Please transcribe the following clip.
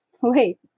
wait